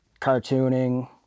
cartooning